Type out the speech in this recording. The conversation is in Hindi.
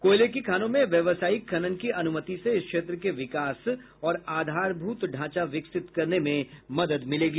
कोयले की खानों में व्यावसायिक खनन की अनुमति से इस क्षेत्र के विकास और आधारभूत ढांचा विकसित करने में मदद मिलेगी